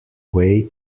way